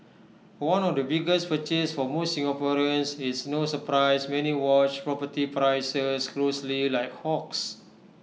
one of the biggest purchase for most Singaporeans it's no surprise many watch property prices closely like hawks